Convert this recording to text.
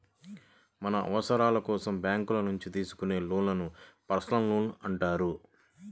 మన అవసరాల కోసం బ్యేంకుల నుంచి తీసుకునే లోన్లను పర్సనల్ లోన్లు అంటారు